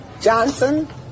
Johnson